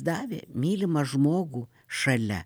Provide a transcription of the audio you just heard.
davė mylimą žmogų šalia